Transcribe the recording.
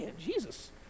Jesus